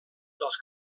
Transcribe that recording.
dels